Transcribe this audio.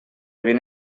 vint